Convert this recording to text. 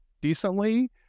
decently